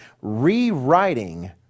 Rewriting